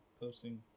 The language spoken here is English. posting